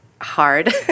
Hard